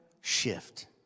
shift